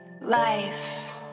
Life